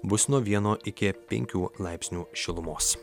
bus nuo vieno iki penkių laipsnių šilumos